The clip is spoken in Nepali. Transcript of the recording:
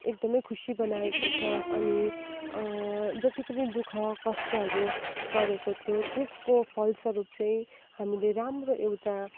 एकदमै खुसी बनाएको छ अनि जति पनि दुःख कष्टहरू गरेको थियो त्यसको फलस्वरूप चाहिँ हामीले राम्रो एउटा